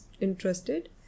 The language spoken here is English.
interested